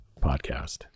podcast